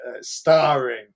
starring